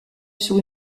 sur